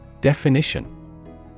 Definition